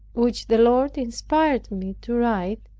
which the lord inspired me to write,